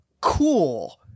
cool